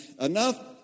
enough